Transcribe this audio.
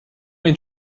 ein